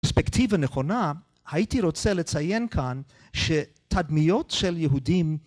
פרספקטיבה נכונה הייתי רוצה לציין כאן שתדמיות של יהודים